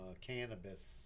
cannabis